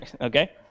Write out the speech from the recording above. Okay